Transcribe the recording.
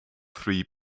three